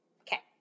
Okay